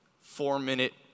four-minute